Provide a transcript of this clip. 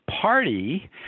party